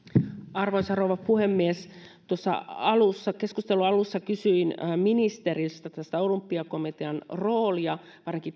arvoisa rouva puhemies tuossa keskustelun alussa kysyin ministeriltä tästä olympiakomitean roolista varsinkin